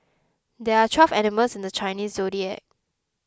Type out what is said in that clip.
there are twelve animals in the Chinese zodiac